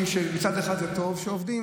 מצד אחד זה טוב שעובדים,